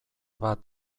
bat